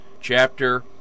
chapter